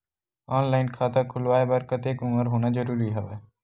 Online खाता खुलवाय बर कतेक उमर होना जरूरी हवय?